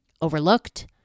Overlooked